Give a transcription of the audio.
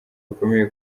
bikomeye